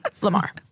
Lamar